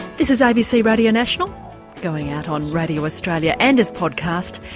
this is abc radio national going out on radio australia and as podcast.